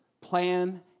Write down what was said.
plan